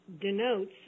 denotes